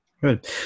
good